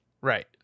Right